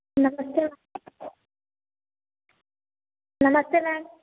नमस्ते नमस्ते मैम